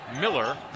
Miller